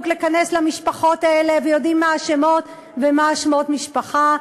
להיכנס למשפחות האלה ויודעים מה השמות ומה שמות המשפחה.